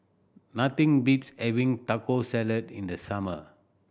nothing beats having Taco Salad in the summer